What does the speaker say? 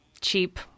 cheap